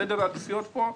סדר העדיפויות פה,